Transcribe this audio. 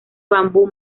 bambú